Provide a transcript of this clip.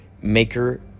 maker